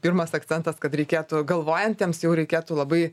pirmas akcentas kad reikėtų galvojantiems jau reikėtų labai